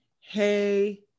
hey